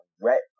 wet